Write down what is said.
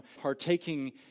partaking